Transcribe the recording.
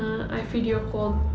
i video called